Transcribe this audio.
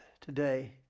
today